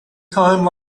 time